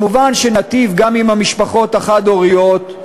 מובן שניטיב גם עם המשפחות החד-הוריות,